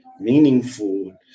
meaningful